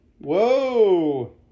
Whoa